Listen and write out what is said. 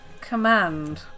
Command